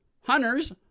Hunters